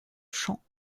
chant